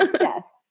Yes